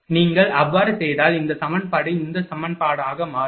நீங்கள் அவ்வாறு செய்தால் இந்த சமன்பாடு இந்த சமன்பாடாக மாறும்